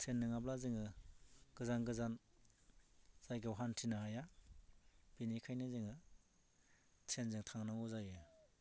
train नङाब्ला जोङो गोजान गोजान जायगायाव हान्थिनो हाया बिनिखायनो जोङो ट्रेनजों थांनांगौ जायो